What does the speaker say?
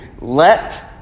let